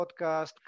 podcast